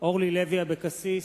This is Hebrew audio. אורלי לוי אבקסיס,